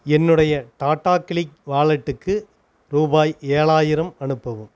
என்னுடைய டாடா கிளிக் வாலெட்டுக்கு ரூபாய் ஏழாயிரம் அனுப்பவும்